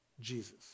Jesus